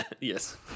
Yes